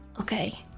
Okay